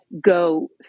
go